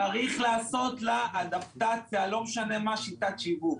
צריך לעשות לה אדפטציה, לא משנה מה שיטת השיווק.